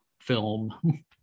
film